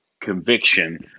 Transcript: conviction